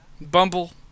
bumble